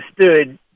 understood